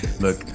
Look